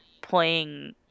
playing